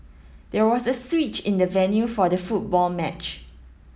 there was a switch in the venue for the football match